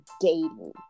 dating